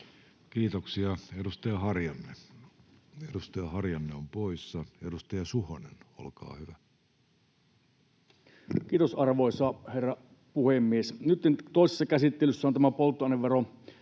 Kiitoksia. — Edustaja Harjanne on poissa. — Edustaja Suhonen, olkaa hyvä. Kiitos, arvoisa herra puhemies! Nyt toisessa käsittelyssä on tämä polttoaineverokysymys,